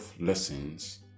lessons